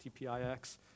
TPIX